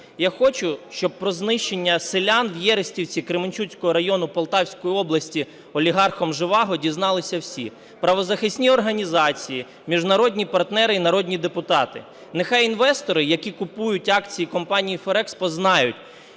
Я хочу, щоб про знищення селян в Єристівці Кременчуцького району Полтавської області олігархом Жеваго дізналися всі: правозахисні організації, міжнародні партнери і народні депутати. Нехай інвестори, які купують акції компанії Ferrexpo, знають,